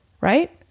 right